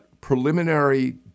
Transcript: preliminary